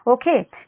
కాబట్టి I 1